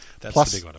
plus